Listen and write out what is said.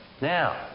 Now